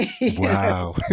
Wow